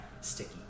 sticky